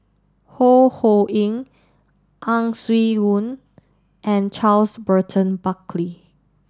Ho Ho Ying Ang Swee Aun and Charles Burton Buckley